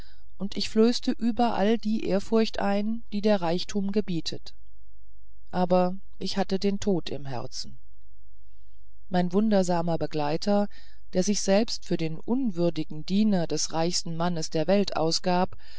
und ich flößte überall die ehrfurcht ein die der reichtum gebietet aber ich hatte den tod im herzen mein wundersamer begleiter der sich selbst für den unwürdigen diener des reichsten mannes in der welt ausgab